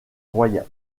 royal